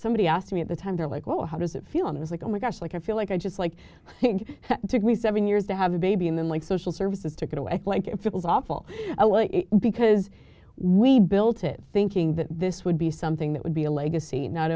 somebody asked me at the time they're like well how does it feel it was like oh my gosh like i feel like i just like took me seven years to have a baby and then like social services took it away like it was awful because we built it thinking that this would be something that would be a legacy not